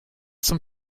some